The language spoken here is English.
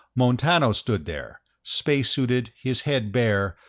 montano stood there, spacesuited, his head bare,